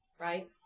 right